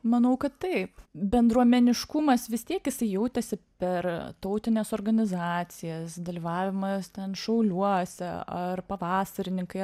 manau kad taip bendruomeniškumas vis tiek jisai jautėsi per tautines organizacijas dalyvavimas ten šauliuose ar pavasarininkai